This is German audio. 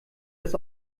das